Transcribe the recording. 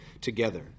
together